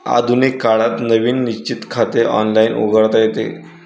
आधुनिक काळात नवीन निश्चित खाते ऑनलाइन उघडता येते